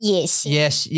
Yes